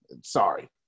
sorry